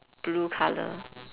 blue colour